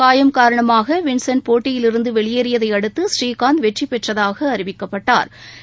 காயம் காரணமாக வின்சென்ட் போட்டியிலிருந்து வெளியேறியதை அடுத்து ஸ்ரீகாந்த் வெற்றிபெற்றதாக அறிவிக்கப்பட்டாள்